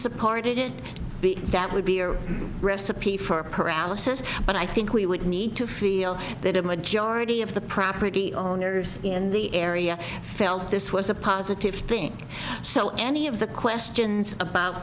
supported it that would be a recipe for paralysis but i think we would need to feel that a majority of the property owners in the area felt this was a positive thing so any of the questions about